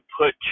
put